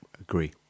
agree